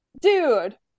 Dude